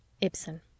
Ibsen